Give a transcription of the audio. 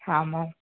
आम् आम्